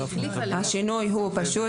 השינוי הוא פשוט